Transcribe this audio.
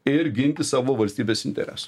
ir ginti savo valstybės interesų